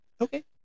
Okay